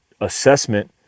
assessment